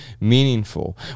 meaningful